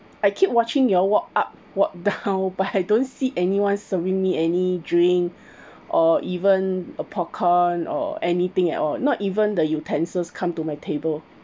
I keep watching you all walk up walk down but I don't see anyone serving me any drink or even a popcorn or anything at all not even the utensils come to my table